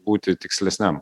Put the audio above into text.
būti tikslesniam